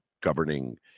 governing